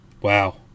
Wow